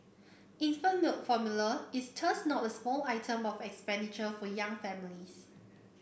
infant milk formula is not a small item of expenditure for young families